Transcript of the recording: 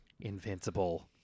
Invincible